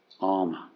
armor